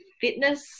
fitness